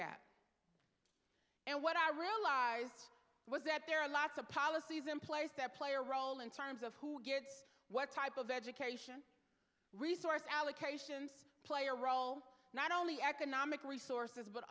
gap and what i realized was that there are lots of policies in place that play a role in terms of who gets what type of education resource allocations play a role not only economic resources but